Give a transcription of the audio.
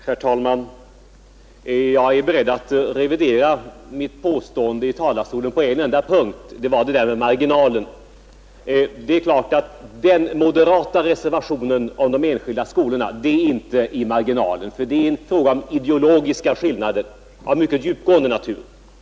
Herr talman! På en enda punkt är jag beredd att revidera mitt påstående i talarstolen, nämligen det som jag sade om reservationerna i marginalen. Den moderata reservationen om de enskilda skolorna är naturligtvis inte någonting i marginalen. Där är det fråga om ideologiska skillnader av mycket djupgående natur.